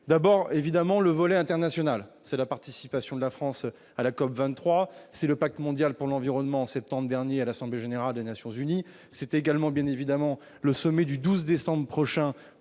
d'abord évidemment le volet international, c'est la participation de la France à la com 23 c'est le Pacte mondial pour l'environnement en septembre dernier à l'Assemblée générale des Nations unies s'est également bien évidemment le sommet du 12 décembre prochain